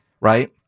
Right